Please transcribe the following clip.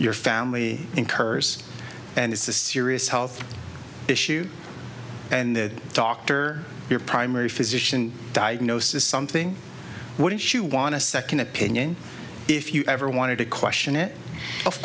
your family incurs and it's a serious health issue and the doctor your primary physician diagnose is something wouldn't you want to second opinion if you ever wanted to question it of